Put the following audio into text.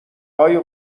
های